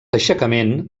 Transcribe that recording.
aixecament